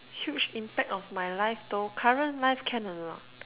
huge impact of my life though current life can or not